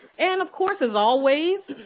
and of course, as always,